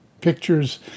pictures